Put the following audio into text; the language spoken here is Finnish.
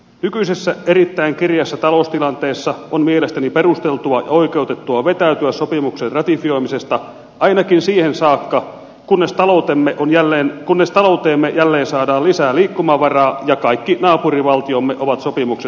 nykyisessä erittäin kireässä taloustilanteessa on mielestäni perusteltua ja oikeutettua vetäytyä sopimuksen ratifioimisesta ainakin siihen saakka kunnes talouteemme jälleen saadaan lisää liikkumavaraa ja kaikki naapurivaltiomme ovat sopimukset ratifioineet